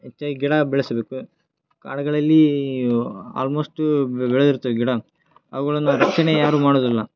ಹೆಚ್ಚಾಗಿ ಗಿಡ ಬೆಳೆಸಬೇಕು ಕಾಡುಗಳಲ್ಲಿ ಆಲ್ಮೋಸ್ಟು ಬೆಳೆದಿರ್ತವೆ ಗಿಡನ ಅವುಗಳನ್ನು ರಕ್ಷಣೆ ಯಾರು ಮಾಡುವುದಿಲ್ಲ